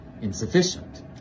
insufficient